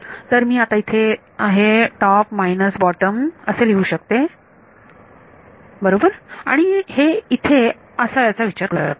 तर मी आता इथे आहे टॉप मायनस बॉटम असे लिहू शकते बरोबर आणि हे इथे असा याचा विचार करू शकते